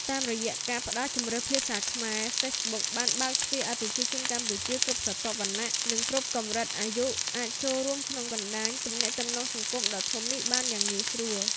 តាមរយៈការផ្តល់ជម្រើសភាសាខ្មែរ Facebook បានបើកទ្វារឲ្យប្រជាជនកម្ពុជាគ្រប់ស្រទាប់វណ្ណៈ និងគ្រប់កម្រិតអាយុ អាចចូលរួមក្នុងបណ្តាញទំនាក់ទំនងសង្គមដ៏ធំនេះបានយ៉ាងងាយស្រួល។